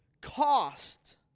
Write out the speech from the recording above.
cost